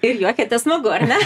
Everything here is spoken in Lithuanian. ir juokiatės smagu ar ne